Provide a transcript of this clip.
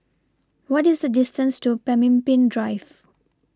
What IS The distance to Pemimpin Drive